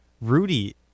Rudy